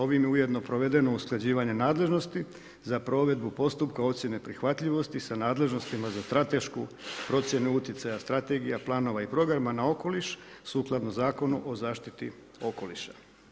Ovim je ujedno provedeno usklađivanje nadležnosti za provedbu postupka ocjene prihvatljivosti sa nadležnostima za stratešku procjenu utjecaja, strategija, planova i programa na okoliš sukladno Zakonu o zaštiti okoliša.